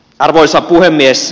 arvoisa puhemies